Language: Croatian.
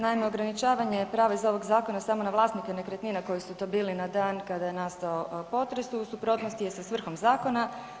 Naime, ograničavanje prava iz ovog zakona samo na vlasnike nekretnina koji su to bili na dan kada je nastao potres, u suprotnosti je sa svrhom zakona.